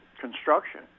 construction